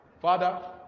Father